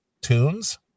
tunes